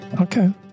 Okay